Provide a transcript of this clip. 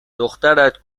دخترت